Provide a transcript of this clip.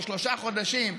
ושלושה חודשים,